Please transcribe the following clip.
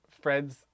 Fred's